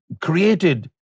created